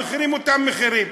המחירים אותם מחירים.